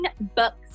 books